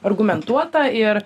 argumentuota ir